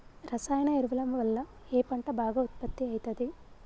రసాయన ఎరువుల వల్ల ఏ పంట బాగా ఉత్పత్తి అయితది?